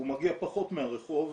הוא מגיע פחות מהרחוב,